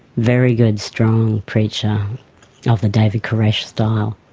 very good strong preacher of the david koresh style,